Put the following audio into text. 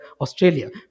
Australia